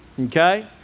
Okay